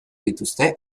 dituzte